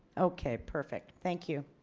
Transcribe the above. okay perfect thank you.